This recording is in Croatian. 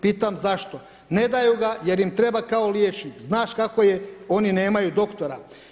Pitam zašto, ne daju ga jer im treba kao liječnik, znaš kako je, oni nemaju doktora.